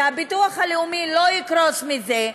והביטוח הלאומי לא יקרוס מזה.